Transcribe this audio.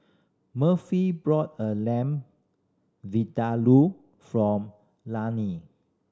Murphy brought a Lamb Vindaloo from Lainey